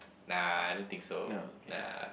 nah I don't think so nah